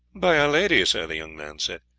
by our lady, sir, the young man said,